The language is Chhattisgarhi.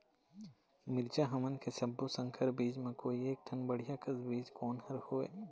मिरचा हमन के सब्बो संकर बीज म कोई एक ठन बढ़िया कस बीज कोन हर होए?